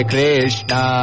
Krishna